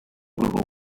google